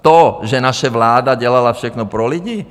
To, že naše vláda dělala všechno pro lidi?